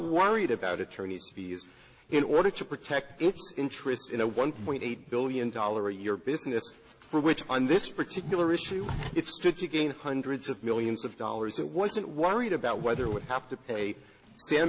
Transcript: worried about attorneys fees in order to protect the interests in a one point eight billion dollar a year business for which on this particular issue it stood to gain hundreds of millions of dollars that wasn't worried about whether it would have to pay